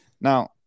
Now